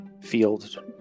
field